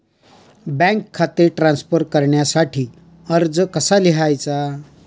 Bank खाते transfer करण्यासाठी अर्ज कसा लिहायचा?